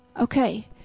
Okay